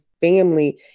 family